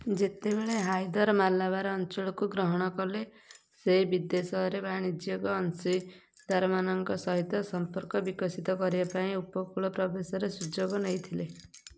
ଯେତେବେଳେ ହାଇଦର ମାଲାବାର ଅଞ୍ଚଳକୁ ଗ୍ରହଣ କଲେ ସେ ବିଦେଶରେ ବାଣିଜ୍ୟିକ ଅଂଶୀଦାରମାନଙ୍କ ସହିତ ସମ୍ପର୍କ ବିକଶିତ କରିବା ପାଇଁ ଉପକୂଳ ପ୍ରବେଶର ସୁଯୋଗ ନେଇଥିଲେ